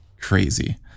Crazy